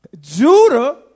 Judah